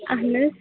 اَہَن حظ